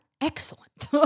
Excellent